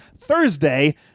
Thursday